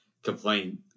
complain